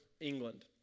England